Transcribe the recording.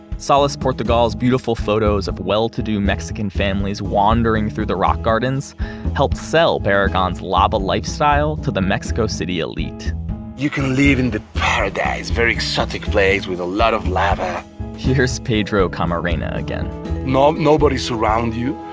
salas portugal's beautiful photos of well-to-do mexican families wandering through the rock gardens helped sell barragan's lava lifestyle to the mexico city elite you can live in the paradise, very exotic place with a lot of lava here's pedro camarena again and um nobody's around you.